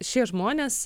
šie žmonės